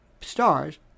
Stars